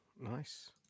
nice